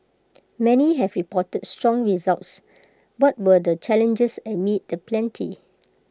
many have reported strong results what were the challenges amid the plenty